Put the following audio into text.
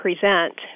present